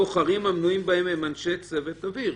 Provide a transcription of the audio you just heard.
כתוב: כי כל הבוחרים המנויים בהן הם אנשי צוות אוויר.